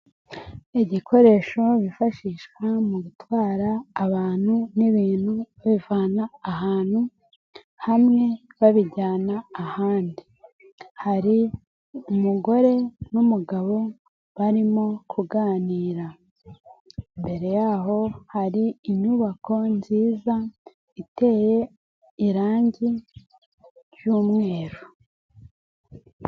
Ibikoresho bifashishwa mu gutwara abantu n'ibintu babivana ahantu hamwe babijyana ahandi, hari umugore n'umugabo barimo kuganira mbere yaho hari inyubako nziza iteye irangi ry'umweru.